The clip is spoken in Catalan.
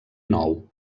nou